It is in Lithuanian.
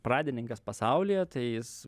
pradininkas pasaulyje tai jis